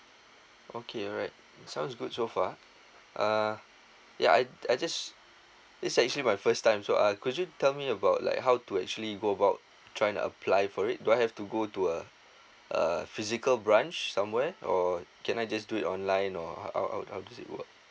okay alright sounds good so far uh ya I I just this actually my first time so uh could you tell me about like how to actually go about try apply for it do I have to go to a uh physical branch somewhere or can I just do it online or how how does it work